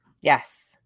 Yes